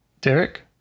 Derek